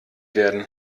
werden